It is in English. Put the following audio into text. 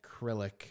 acrylic